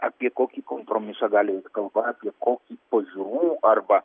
apie kokį kompromisą gali eit kalba apie kokį pažiūrų arba